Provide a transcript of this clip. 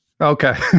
Okay